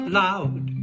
loud